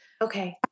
Okay